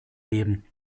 geben